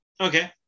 Okay